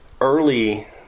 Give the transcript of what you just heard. early